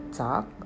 talk